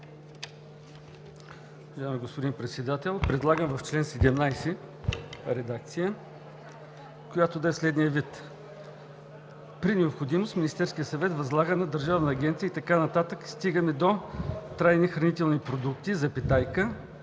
Уважаеми господин Председател, предлагам в чл. 17 редакция, която да е в следния вид: „При необходимост Министерският съвет възлага на Държавна агенция“ и така нататък, стигаме до „трайни хранителни продукти“, запетайка,